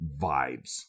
vibes